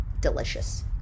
delicious